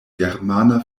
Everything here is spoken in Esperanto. germana